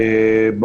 אני רוצה להתייחס.